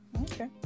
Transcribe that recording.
okay